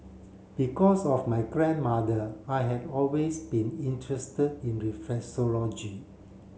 because of my grandmother I had always been interested in reflexology